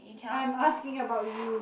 I'm asking about you